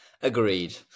Agreed